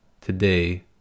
today